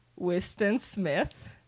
Wiston-Smith